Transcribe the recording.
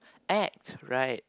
act right